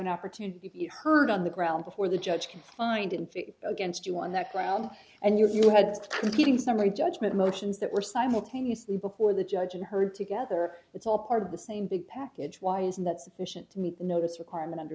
an opportunity if you heard on the ground before the judge can find info against you on that ground and you had competing summary judgment motions that were simultaneously before the judge and heard together that's all part of the same big package why isn't that sufficient to me notice requirement under